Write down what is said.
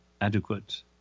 adequate